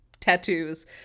tattoos